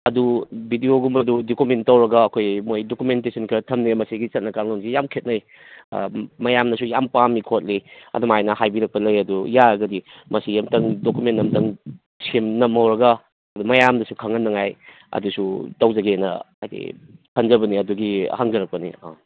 ꯑꯗꯨ ꯚꯤꯗꯤꯌꯣꯒꯨꯝꯕꯗꯨ ꯗꯣꯀꯨꯃꯦꯟ ꯇꯧꯔꯒ ꯑꯩꯈꯣꯏ ꯃꯣꯏ ꯗꯣꯀꯨꯃꯦꯟꯇꯦꯁꯟ ꯈꯔ ꯊꯝꯅꯦ ꯃꯁꯤ ꯆꯠꯅ ꯀꯥꯡꯂꯣꯟꯁꯤ ꯌꯥꯝ ꯈꯦꯠꯅꯩ ꯃꯌꯥꯝꯅꯁꯨ ꯌꯥꯝ ꯄꯥꯝꯃꯤ ꯈꯣꯠꯂꯤ ꯑꯗꯨꯃꯥꯏꯅ ꯍꯥꯏꯕꯤꯔꯛꯄ ꯂꯩ ꯑꯗꯨ ꯌꯥꯔꯒꯗꯤ ꯃꯁꯤ ꯑꯝꯇꯪ ꯗꯣꯀꯨꯃꯦꯟ ꯑꯝꯇꯪ ꯅꯝꯍꯧꯔꯒ ꯑꯗꯨ ꯃꯌꯥꯝꯗꯁꯨ ꯈꯪꯍꯟꯅꯤꯡꯉꯥꯏ ꯑꯗꯨꯁꯨ ꯇꯧꯖꯒꯦꯅ ꯍꯥꯏꯗꯤ ꯈꯟꯖꯕꯅꯦ ꯑꯗꯨꯒꯤ ꯍꯪꯖꯔꯛꯄꯅꯦ ꯑꯥ